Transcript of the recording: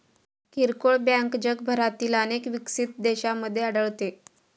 किरकोळ बँक जगभरातील अनेक विकसित देशांमध्ये आढळते